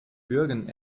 bürgern